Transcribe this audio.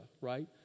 right